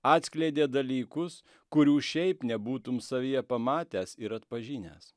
atskleidė dalykus kurių šiaip nebūtum savyje pamatęs ir atpažinęs